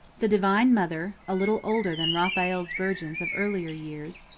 the divine mother, a little older than raphael's virgins of earlier years,